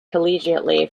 collegiately